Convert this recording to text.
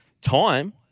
Time